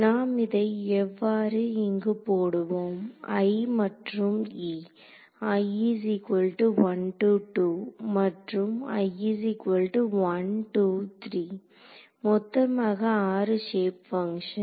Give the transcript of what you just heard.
நாம் இதை இவ்வாறு இங்கு போடுவோம் i மற்றும் e i1 to 2 மற்றும் மொத்தமாக 6 ஷேப் ஃபங்ஷன்